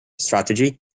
strategy